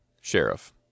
sheriff